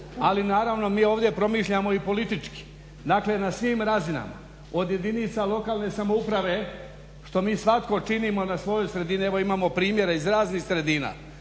ali naravno mi ovdje promišljamo i politički, dakle na svim razinama. Od jedinica lokalne samouprave što mi svatko činimo na svojoj sredini. Evo imamo primjere iz raznih sredina,